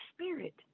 spirit